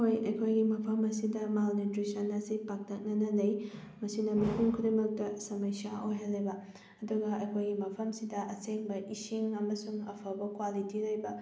ꯍꯣꯏ ꯑꯩꯈꯣꯏꯒꯤ ꯃꯐꯝ ꯑꯁꯤꯗ ꯃꯥꯜꯅ꯭ꯌꯨꯇ꯭ꯔꯤꯁꯟ ꯑꯁꯤ ꯄꯥꯛꯇꯛꯅꯅ ꯂꯩ ꯃꯁꯤꯅ ꯃꯤꯄꯨꯝ ꯈꯨꯗꯤꯡꯃꯛꯇ ꯁꯃꯁ꯭ꯌꯥ ꯑꯣꯏꯍꯜꯂꯦꯕ ꯑꯗꯨꯒ ꯑꯩꯈꯣꯏꯒꯤ ꯃꯐꯝꯁꯤꯗ ꯑꯁꯦꯡꯕ ꯏꯁꯤꯡ ꯑꯃꯁꯨꯡ ꯑꯐꯕ ꯀ꯭ꯋꯥꯂꯤꯇꯤ ꯂꯩꯕ